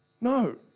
no